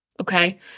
okay